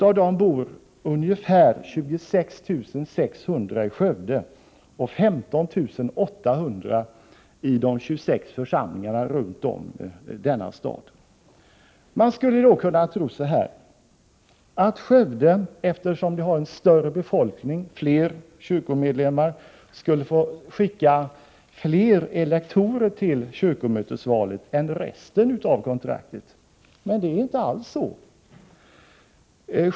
Av dem bor ca 26 600 i Skövde och 15 800 i de 26 församlingarna runt om denna stad. Man skulle således kunna tro att Skövde, som har större befolkning och fler kyrkomedlemmar, skulle få skicka fler elektorer till kyrkomötesvalet än resten av kontraktet. Men så är det inte alls.